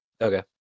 Okay